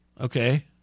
Okay